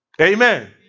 amen